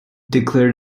declared